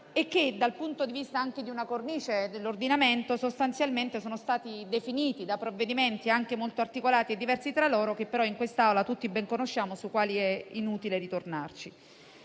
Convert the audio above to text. e che, dal punto di vista anche di una cornice dell'ordinamento, sostanzialmente sono stati definiti da provvedimenti, anche molto articolati e diversi tra loro, che però in quest'Aula tutti ben conosciamo e sui quali è inutile ritornare.